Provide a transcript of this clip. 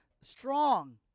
strong